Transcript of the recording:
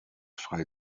frei